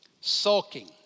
Sulking